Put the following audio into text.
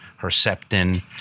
Herceptin